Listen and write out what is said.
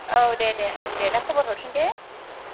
आव दे दे आं दे दा खबर हरफिन दे